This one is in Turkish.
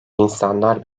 i̇nsanlar